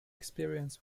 experience